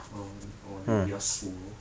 ah or the yasuo